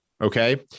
okay